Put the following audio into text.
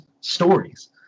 stories